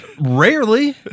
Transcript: Rarely